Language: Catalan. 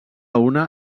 una